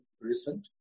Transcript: recent